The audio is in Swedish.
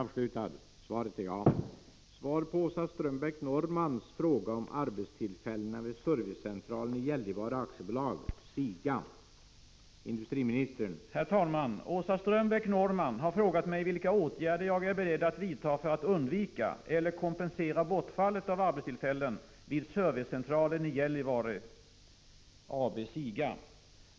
Åsa Strömbäck-Norrman har frågat mig vilka åtgärder jag är beredd att vidta för att undvika eller kompensera bortfallet av arbetstillfällen vid Servicecentralen i Gällivare AB .